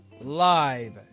Live